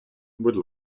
будь